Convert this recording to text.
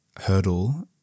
hurdle